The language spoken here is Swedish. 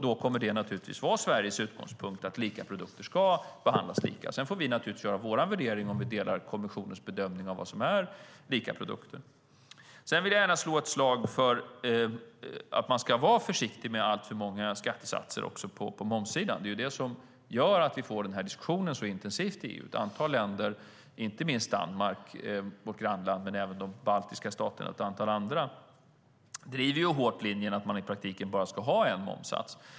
Då kommer det naturligtvis att vara Sveriges utgångspunkt att lika produkter ska behandlas lika. Sedan får vi naturligtvis göra vår värdering av om vi delar kommissionens bedömning av vad som är lika produkter. Jag vill gärna slå ett slag för att man ska vara försiktig med alltför många skattesatser också på momssidan. Det som gör att vi får den här diskussionen så intensivt i EU är att ett antal länder, inte minst vårt grannland Danmark men även de baltiska staterna och ett antal andra, driver linjen hårt att man i praktiken bara ska ha en momssats.